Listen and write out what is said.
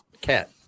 cat